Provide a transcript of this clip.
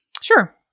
Sure